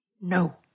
No